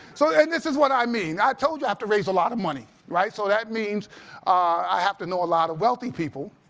so and this is what i mean. i told you i have to raise a lot of money right? so that means i have to know a lot of wealthy people.